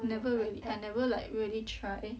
never really I never like really try